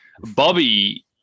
Bobby